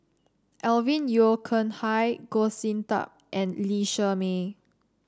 Alvin Yeo Khirn Hai Goh Sin Tub and Lee Shermay